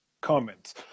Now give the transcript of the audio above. comments